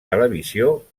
televisió